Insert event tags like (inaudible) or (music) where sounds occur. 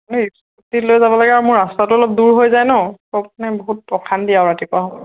(unintelligible) লৈ যাব লাগে আৰু মোৰ ৰাস্তাটো অলপ দূৰ হৈ যায় ন (unintelligible) কাৰণে বহুত অশান্তি আৰু ৰাতিপুৱা সময়ত